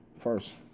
First